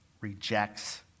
rejects